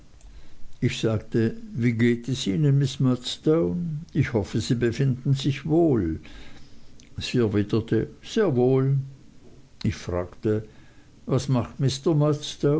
ich sagte wie geht es ihnen miß murdstone ich hoffe sie befinden sich wohl sie erwiderte sehr wohl ich fragte was macht